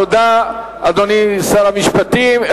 תודה, אדוני שר המשפטים.